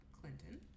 Clinton